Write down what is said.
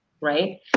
right